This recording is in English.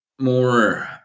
more